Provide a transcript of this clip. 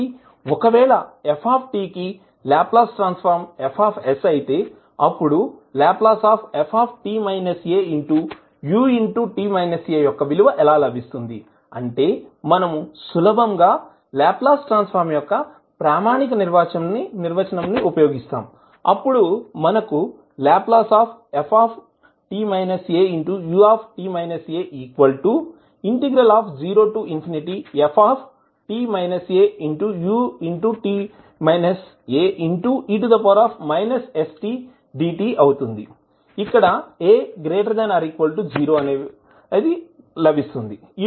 కాబట్టి ఒకవేళ f కి లాప్లాస్ ట్రాన్సఫర్మ్ F అయితే అప్పుడు Lft au యొక్క విలువ ఎలా లభిస్తుంది అంటే మనము సులభంగా లాప్లాస్ ట్రాన్సఫర్మ్ యొక్క ప్రామాణిక నిర్వచనం ని ఉపయోగిస్తాం అప్పుడు మనకు Lft au0ft aut ae stdta≥0 లభిస్తుంది